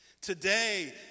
Today